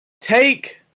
Take